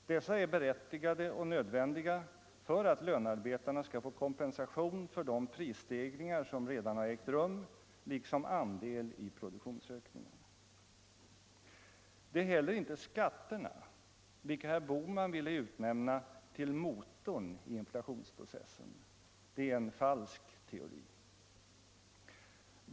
Dessa är berättigade och nödvändiga för att lönearbetarna skall få kompensation för de prisstegringar som redan har ägt rum och ge dem andel av produktionsökningen. Det är inte heller skatterna, som herr Bohman ville utnämna till motorn i inflationsprocessen. Det är en falsk teori.